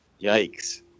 Yikes